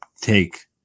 take